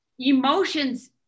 Emotions